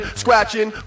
scratching